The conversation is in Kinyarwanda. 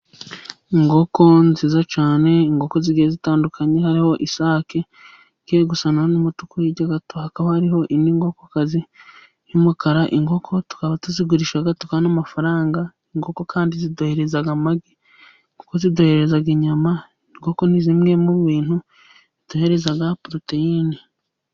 Inkoko nziza cyane , inkoko zigiye zitandukanye hariho isake igiye gusa n'umutuku, hirya gato hakaba hariho indi nkoko kazi y'umukara. Inkoko tukaba tuzigurisha tukabona amafaranga, inkoko kandi ziduhereza amagi, inkoko ziduhereza inyama, inkoko ni zimwe mu bintu biduhereza poroteyine.